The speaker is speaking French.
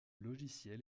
logiciel